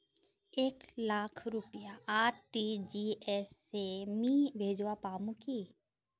एक लाख रुपया आर.टी.जी.एस से मी भेजवा पामु की